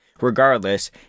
Regardless